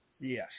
yes